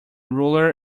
ruler